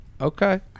Okay